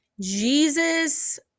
Jesus